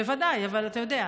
בוודאי, אבל אתה יודע.